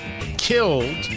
killed